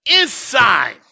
inside